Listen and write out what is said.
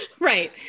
Right